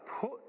put